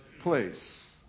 place